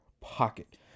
pocket